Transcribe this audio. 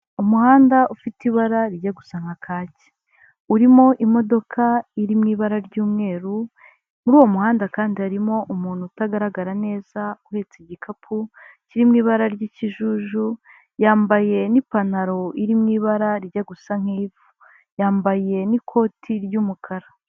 Umuhanda ufite ibararijya gusa nka kacye, uri mu modoka ifite ibara ry'umweru, muri uwo muhanda kandi harimo umuntu utagaragara neza uhetse igikapu kirimo ibara ry'ikijuju yambaye n'ipantaro iri mu ibara rye gusa nk'ivu yambaye n'ikoti ry'umukara.